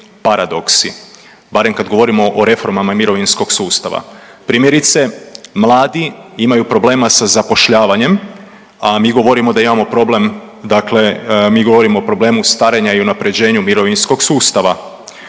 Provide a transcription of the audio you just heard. paradoksi barem kad govorimo o reformama mirovinskog sustava. Primjerice, mladi imaju problema sa zapošljavanjem, a mi govorimo da imamo problem, dakle mi govorimo o problemu starenja i unapređenju mirovinskog sustava.